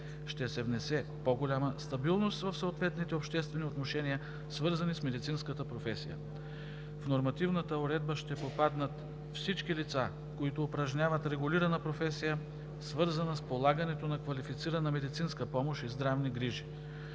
ще се внесе по-голяма стабилност в съответните обществени отношения, свързани с медицинската професия. В нормативната уредба ще попаднат всички лица, които упражняват регулирана професия, свързана с полагането на квалифицирана медицинска помощ и здравни грижи.